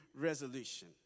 resolution